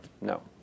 No